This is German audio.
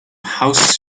haus